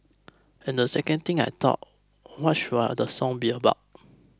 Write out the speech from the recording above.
and the second thing I thought what should the song be about